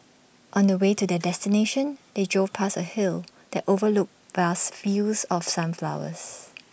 on the way to their destination they drove past A hill that overlooked vast fields of sunflowers